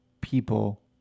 people